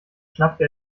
schnappte